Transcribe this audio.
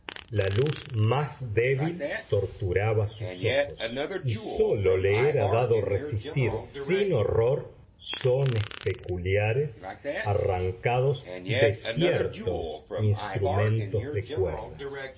la luz más débil torturaba sus ojos y sólo le era dado resistir sin horror sones peculiares arrancados de ciertos instrumentos de cuerda